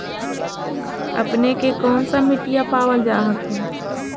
अपने के कौन सा मिट्टीया पाबल जा हखिन?